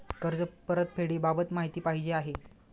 कर्ज परतफेडीबाबत माहिती पाहिजे आहे